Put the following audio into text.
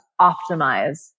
optimize